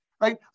right